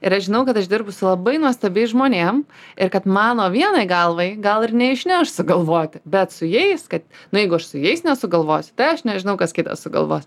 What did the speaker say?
ir aš žinau kad aš dirbu su labai nuostabiais žmonėm ir kad mano vienai galvai gal ir neišneš sugalvoti bet su jais kad nu jeigu aš su jais nesugalvosiu tai aš nežinau kas kitas sugalvos